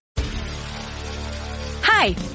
Hi